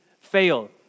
fail